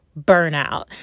burnout